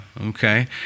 Okay